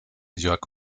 jörg